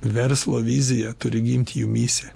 verslo vizija turi gimti jumyse